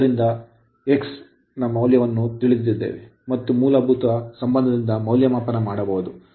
ಆದ್ದರಿಂದ X ನಾವು X ನ ಮೌಲ್ಯವನ್ನು ತಿಳಿದಿದ್ದೇವೆ ಮತ್ತು ಮೂಲಭೂತ ಸಂಬಂಧದಿಂದ ಮೌಲ್ಯಮಾಪನ ಮಾಡಬಹುದು